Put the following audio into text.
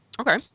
Okay